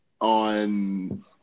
on